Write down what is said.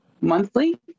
monthly